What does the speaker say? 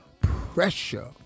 Pressure